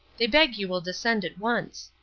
they beg you will descend at once.